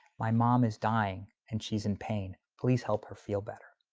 my mom is dying, and she's in pain. please help her feel better.